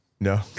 No